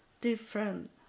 different